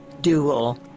dual